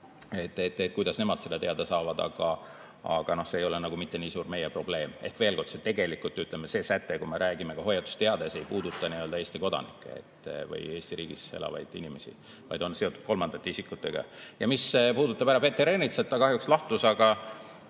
kuidas nemad sellest teada saavad. Aga see ei ole mitte niivõrd meie probleem. Ehk veel kord, tegelikult see säte, kui me räägime ka hoiatusteatest, ei puuduta Eesti kodanikke või Eesti riigis elavaid inimesi, vaid on seotud kolmandate [riikide] isikutega. Mis puudutab härra Peeter Ernitsat, ta kahjuks lahkus, aga